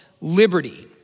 liberty